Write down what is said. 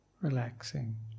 relaxing